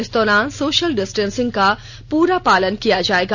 इस दौरान social distancing का पूरा पालन किया जाएगा